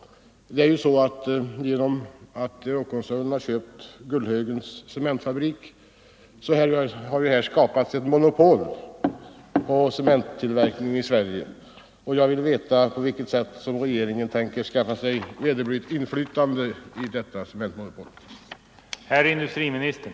Genom att Euroc-koncernen har köpt Gullhögens cementfabrik har det skapats ett monopol på cementtillverkningen i Sverige, och jag vill veta på vilket sätt regeringen tänker skaffa sig vederbörligt inflytande i detta cementmonopol.